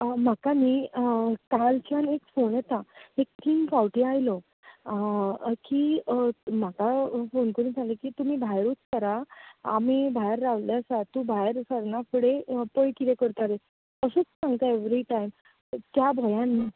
आ म्हाका न्ही कालच्यान एक फोन येता एक तीन फावटीं आयलो की म्हाका फोन करून सांगता की तुमी भायरूत सरा आमी भायर रावल्ले आसात तूं भायर सरना फुडें पय किदें करता तें अशेंच सांगता एवरी टायम त्या भंयान